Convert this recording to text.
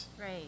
Right